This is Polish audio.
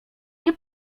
nie